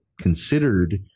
considered